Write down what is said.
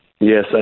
Yes